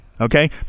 Okay